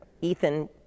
Ethan